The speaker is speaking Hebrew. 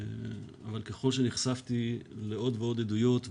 אבל ככל שנחשפתי לעוד ועוד עדויות,